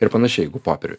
ir panašiai jeigu popieriuj